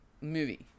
movie